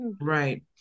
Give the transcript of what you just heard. right